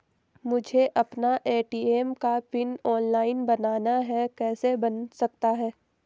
मुझे अपना ए.टी.एम का पिन ऑनलाइन बनाना है कैसे बन सकता है?